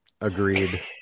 Agreed